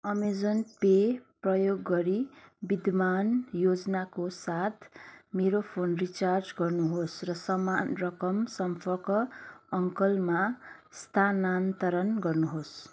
Amazon Pay प्रयोग गरी विद्यमान योजनाको साथ मेरो फोन रिचार्ज गर्नुहोस् र समान रकम सम्पर्क अङ्कलमा स्थानान्तरण गर्नुहोस्